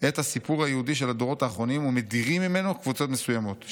את הסיפור היהודי של הדורות האחרונים ומדירים ממנו קבוצות מסוימות.